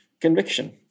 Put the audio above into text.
conviction